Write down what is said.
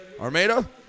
Armada